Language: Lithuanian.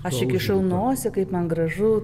aš įkišau nosį kaip man gražu